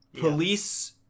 police